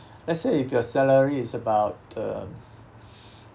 let's say if your salary is about um